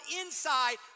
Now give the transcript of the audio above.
inside